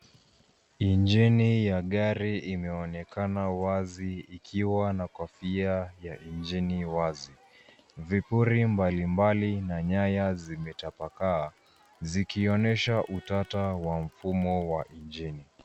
Injini ya gari imeonekana wazi ikiwa na kofia ya injini ni wazi. Vipuri mbalimbali na nyaya zimepatapakaa zikionesha utata wa mfumo wa injini.